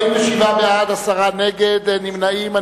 בעד, 47, נגד, 10, אין נמנעים.